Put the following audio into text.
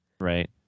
right